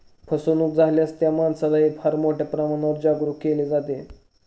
फसवणूक झाल्यास त्या माणसालाही फार मोठ्या प्रमाणावर जागरूक केले जाते